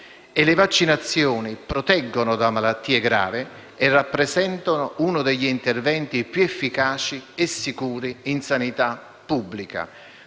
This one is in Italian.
Le vaccinazioni proteggono da malattie gravi e rappresentano uno degli interventi più efficaci e sicuri in sanità pubblica.